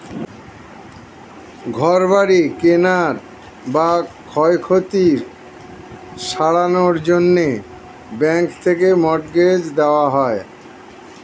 ঘর বাড়ি কেনার বা ক্ষয়ক্ষতি সারানোর জন্যে ব্যাঙ্ক থেকে মর্টগেজ দেওয়া হয়